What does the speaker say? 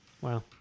Wow